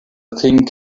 thing